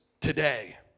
today